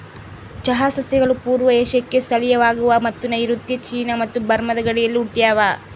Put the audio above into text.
ಚಹಾ ಸಸ್ಯಗಳು ಪೂರ್ವ ಏಷ್ಯಾಕ್ಕೆ ಸ್ಥಳೀಯವಾಗವ ಮತ್ತು ನೈಋತ್ಯ ಚೀನಾ ಮತ್ತು ಬರ್ಮಾದ ಗಡಿಯಲ್ಲಿ ಹುಟ್ಟ್ಯಾವ